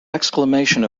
exclamation